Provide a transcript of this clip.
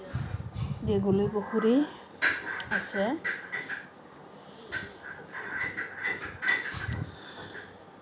দীঘলী পুখুৰী আছে